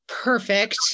perfect